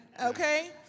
Okay